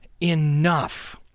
enough